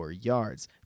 yards